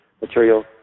material